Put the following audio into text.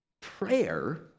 prayer